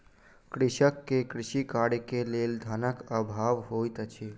कृषक के कृषि कार्य के लेल धनक अभाव होइत अछि